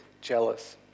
jealous